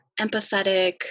empathetic